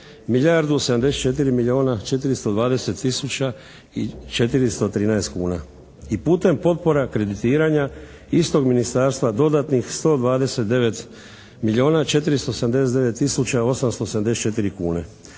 tisuća i 413 kuna. I putem potpora kreditiranja istog ministarstva dodatnih 129 milijuna